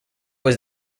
was